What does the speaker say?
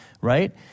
right